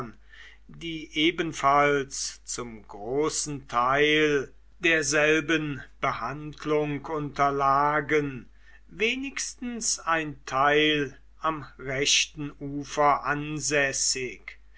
die ebenfalls zum großen teil derselben behandlung unterlagen wenigstens ein teil am rechten ufer ansässig